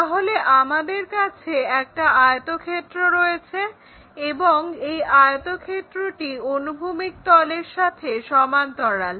তাহলে আমাদের কাছে একটা আয়তক্ষেত্র রয়েছে এবং এই আয়তক্ষেত্রটি অনুভূমিক তলের সাথে সমান্তরাল